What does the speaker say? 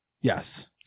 yes